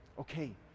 okay